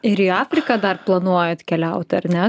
ir į afriką dar planuojat keliauti ar ne